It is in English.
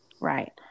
Right